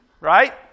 right